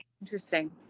interesting